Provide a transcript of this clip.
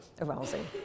arousing